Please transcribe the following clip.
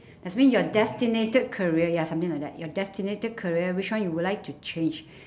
that means your destinated career ya something like that your destinated career which one you would like to change